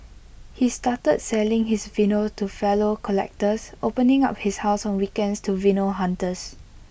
he started selling his vinyls to fellow collectors opening up his house on weekends to vinyl hunters